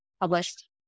published